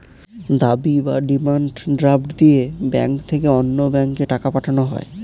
দাবি বা demand draft দিয়ে ব্যাংক থেকে অন্য ব্যাংকে টাকা পাঠানো হয়